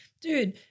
dude